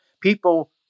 people